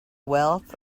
wealth